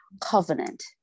covenant